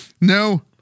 No